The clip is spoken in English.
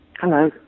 Hello